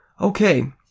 Okay